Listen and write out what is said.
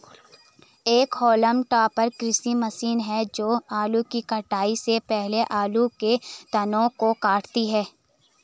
एक haulm topper कृषि मशीन है जो आलू की कटाई से पहले आलू के तनों को काटती है